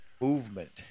movement